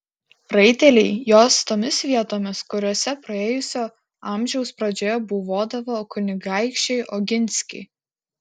raiteliai jos tomis vietomis kuriose praėjusio amžiaus pradžioje buvodavo kunigaikščiai oginskiai